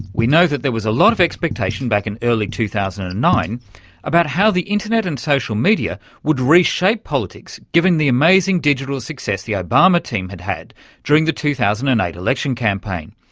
we know that there was a lot of expectation back in early two thousand and nine about how the internet and social media would reshape politics given the amazing digital success the obama team had had during the two thousand and eight election campaign.